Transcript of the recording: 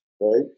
right